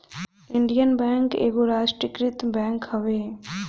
Indian Bank एगो राष्ट्रीयकृत bank हवे